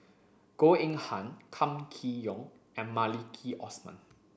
Goh Eng Han Kam Kee Yong and Maliki Osman